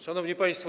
Szanowni Państwo!